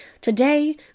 Today